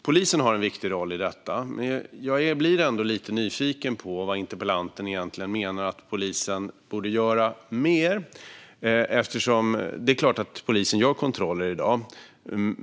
Polisen har en viktig roll i detta. Jag blir ändå lite nyfiken på vad interpellanten menar att polisen borde göra mer. Det är klart att polisen gör kontroller i dag.